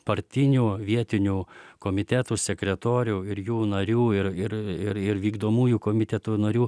partinių vietinių komitetų sekretorių ir jų narių ir ir ir ir vykdomųjų komitetų narių